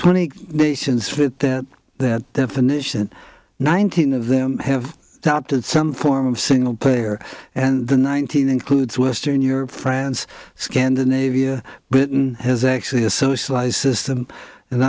twenty nations fit that definition nineteen of them have adopted some form of single payer and the nineteen includes western europe france scandinavia britain has actually a socialized system and